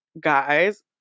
guys